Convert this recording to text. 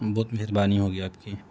بہت مہربانی ہوگی آپ کی